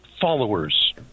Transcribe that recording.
followers